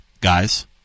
guys